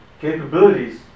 capabilities